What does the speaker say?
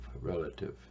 relative